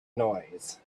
noise